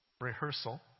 rehearsal